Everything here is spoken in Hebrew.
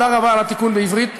תודה רבה על התיקון בעברית,